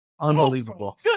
Unbelievable